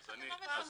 איך אתם לא מפרסמים?